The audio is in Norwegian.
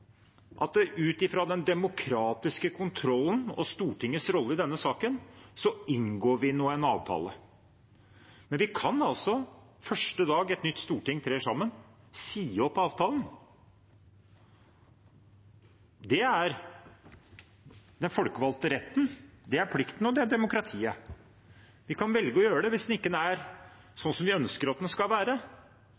Ut fra den demokratiske kontrollen og Stortingets rolle i denne saken inngår vi nå en avtale, men vi kan første dag et nytt storting trer sammen, si opp avtalen. Det er den folkevalgte retten, det er plikten, og det er demokratiet. Vi kan velge å gjøre det hvis den ikke er sånn som vi ønsker at den